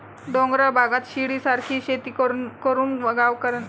डोंगराळ भागात शिडीसारखी शेती करून गावकऱ्यांचा उदरनिर्वाह चालतो